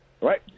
right